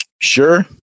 Sure